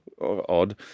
odd